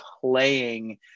playing